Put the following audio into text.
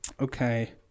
Okay